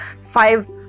five